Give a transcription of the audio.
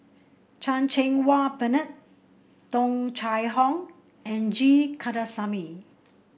Chan Cheng Wah Bernard Tung Chye Hong and G Kandasamy